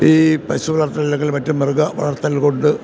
ഈ പശു വളർത്തലല്ലെങ്കിൽ മറ്റ് മൃഗ വളർത്തൽ കൊണ്ട്